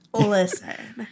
listen